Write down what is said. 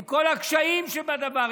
עם כל הקשיים שבדבר,